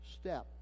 step